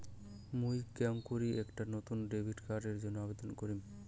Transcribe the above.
মুই কেঙকরি একটা নতুন ডেবিট কার্ডের জন্য আবেদন করিম?